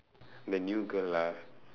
the new girl lah